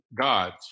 Gods